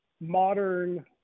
modern